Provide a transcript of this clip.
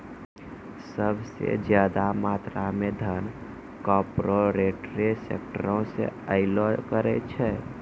सभ से ज्यादा मात्रा मे धन कार्पोरेटे सेक्टरो से अयलो करे छै